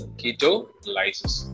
ketolysis